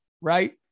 right